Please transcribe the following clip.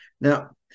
Now